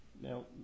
Now